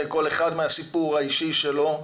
כל אחד מהסיפור האישי שלו.